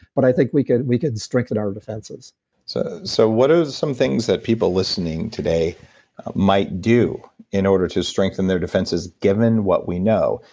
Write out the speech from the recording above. but i think we could we could strengthen our defenses so, so what are some things that people listening today might do in order to strengthen their defenses given what we know?